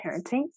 parenting